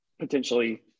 Potentially